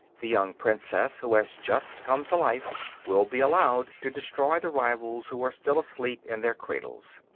the young princess, who has just come to life, will be allowed to destroy the rivals who are still asleep in their cradles.